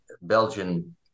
Belgian